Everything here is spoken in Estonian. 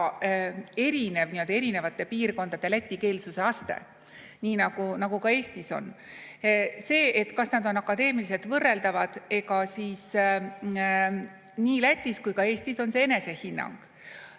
erinevate piirkondade lätikeelsuse aste. Nii nagu ka Eestis. See, kas nad on akadeemiliselt võrreldavad – nii Lätis kui ka Eestis on see enesehinnang.